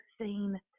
seen